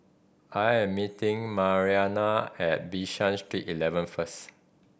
I am meeting Marianna at Bishan Street Eleven first